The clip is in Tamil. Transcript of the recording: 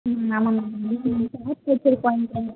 ம் ஆமாம் மேடம்